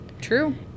True